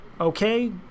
okay